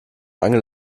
angel